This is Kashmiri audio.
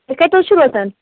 تُہۍ کَتہِ حظ چھِو روزان